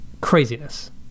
craziness